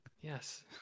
Yes